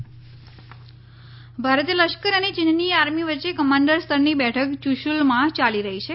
ભારત ચીન ભારતીય લશ્કર અને ચીનની આર્મી વચ્ચે કમાન્ડર સ્તરની બેઠક યુશુલમાં યાલી રહી છે